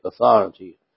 authority